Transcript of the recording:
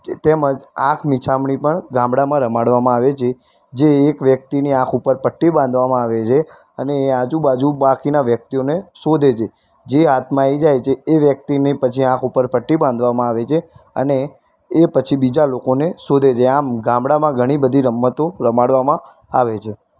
તેમજ આંખ મિચામણી પણ ગામડામાં રમાડવામાં આવે છે જે એક વ્યક્તિની આંખ ઉપર પટ્ટી બાંધવામાં આવે છે અને એ આજુબાજુ બાકીનાં વ્યક્તિઓને શોધે છે જે હાથમાં આવી જાય છે એ વ્યક્તિની પછી આંખ ઉપર પટ્ટી બાંધવામાં આવે છે અને એ પછી બીજા લોકોને શોધે છે આમ ગામડામાં ઘણી બધી રમતો રમાડવામાં આવે છે